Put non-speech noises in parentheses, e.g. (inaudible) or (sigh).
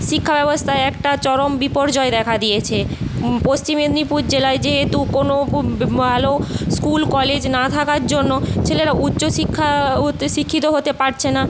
শিক্ষা ব্যবস্থায় একটা চরম বিপর্যয় দেখা দিয়েছে পশ্চিম মেদিনীপুর জেলায় যেহেতু কোনো ভালো স্কুল কলেজ না থাকার জন্য ছেলেরা উচ্চশিক্ষা (unintelligible) শিক্ষিত হতে পারছে না